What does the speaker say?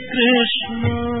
Krishna